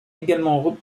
également